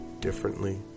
differently